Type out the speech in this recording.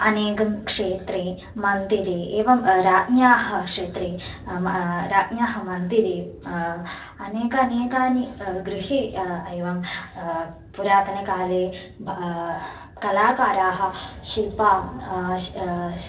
अनेके क्षेत्रे मन्दिरे एवं राज्ञाः क्षेत्रे राज्ञाः मन्दिरे अनेक अनेकानि गृहे एवं पुरातनकाले कलाकाराः शिल्पाः